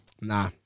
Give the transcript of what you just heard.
Nah